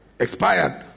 Expired